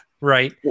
right